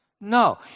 No